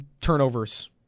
turnovers